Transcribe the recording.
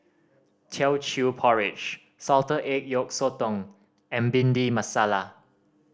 Teochew Porridge salted egg yolk sotong and Bhindi Masala